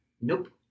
Nope